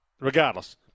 regardless